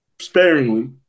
sparingly